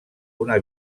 una